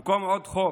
במקום עוד חוק